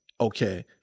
okay